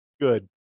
Good